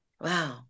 Wow